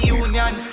union